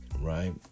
right